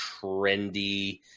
trendy